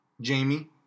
Jamie